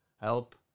help